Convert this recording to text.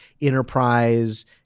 enterprise